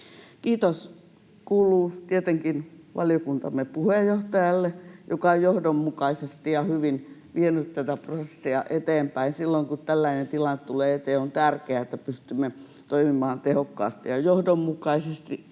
Kiitos kuuluu tietenkin valiokuntamme puheenjohtajalle, joka on johdonmukaisesti ja hyvin vienyt tätä prosessia eteenpäin. Silloin kun tällainen tilanne tulee eteen, on tärkeää, että pystymme toimimaan tehokkaasti ja johdonmukaisesti,